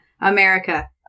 America